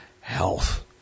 health